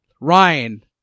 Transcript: Ryan